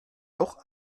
doch